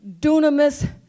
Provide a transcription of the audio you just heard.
dunamis